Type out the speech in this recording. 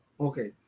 Okay